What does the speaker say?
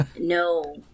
No